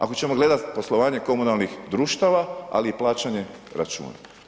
Ako ćemo gledati poslovanje komunalnih društava, ali i plaćanje računa.